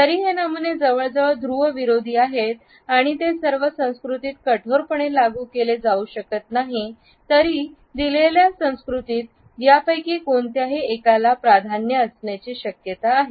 जरी हे नमुने जवळजवळ ध्रुवविरोधी आहेत आणि ते सर्व संस्कृतीत कठोरपणे लागू केले जाऊ शकत नाहीत तरी दिलेल्या संस्कृतीत यापैकी कोणत्याही एकाला प्राधान्य असण्याची शक्यता आहे